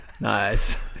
Nice